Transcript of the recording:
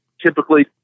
typically